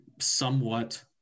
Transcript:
somewhat